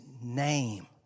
name